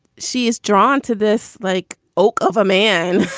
she is drawn to this like, ok, over man.